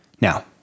Now